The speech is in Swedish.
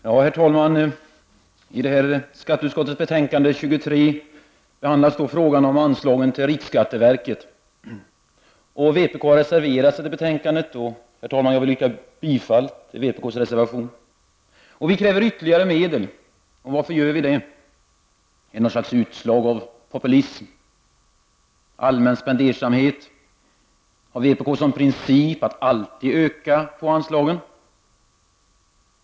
Herr talman! I skatteutskottets betänkande nr 23 behandlas frågan om anslagen till riksskatteverket. Vpk har reserverat sig till detta betänkande, och, herr talman, jag vill yrka bifall till vpk:s reservation. Vi kräver ytterligare medel, och varför gör vi det? Är det ett utslag av populism eller allmän spendersamhet? Har vpk som princip att alltid öka på anslagen?